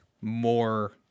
more